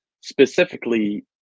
specifically